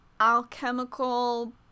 alchemical-